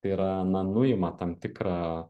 tai yra na nuima tam tikrą